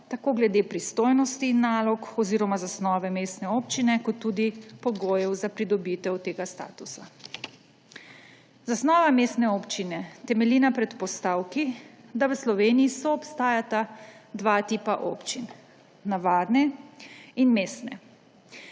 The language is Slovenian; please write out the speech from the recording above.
tako glede pristojnosti in nalog oziroma zasnove mestne občine kot tudi pogojev za pridobitev tega statusa. Zasnova mestne občine temelji na predpostavki, da v Sloveniji soobstajata dva tipa občin, navadne in mestne.